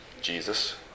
Jesus